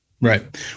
Right